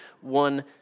one